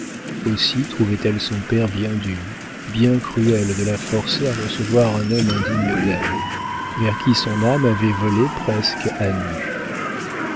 aussi trouvait-elle son père bien dur bien cruel de la forcer à recevoir un homme indigne d'elle vers qui son âme avait volé presque à nu